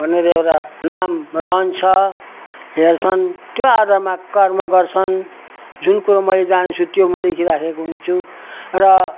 भनेर एउटा नाम रहन्छ हेर्छन् त्यो आधारमा कर्म गर्छन् जुन कुरो मैले जानेछु त्यो म लेखिराखेको हुन्छु र